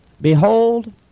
Behold